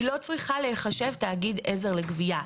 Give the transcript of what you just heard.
היא לא צריכה להיחשב תאגיד עזר לגבייה.